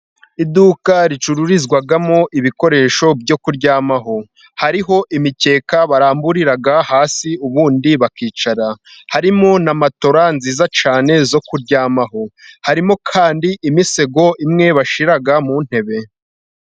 Iduka ricururizwamo ibikoresho byo kuryamaho, hariho imicyeka baramburirahasi ubundi bakicara, harimo na matora nziza cyane zo kuryamaho, harimo kandi imisego imwe bashira mu ntebe.